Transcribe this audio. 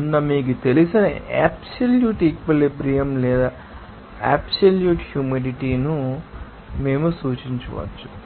ఉన్న మీకు తెలిసిన అబ్సల్యూట్ ఈక్విలిబ్రియం లేదా అబ్సల్యూట్ హ్యూమిడిటీ ను మేము సూచించవచ్చు